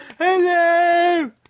Hello